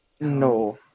no